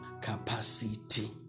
capacity